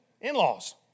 In-laws